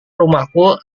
rumahku